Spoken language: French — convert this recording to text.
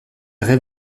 rêve